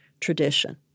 tradition